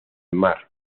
mar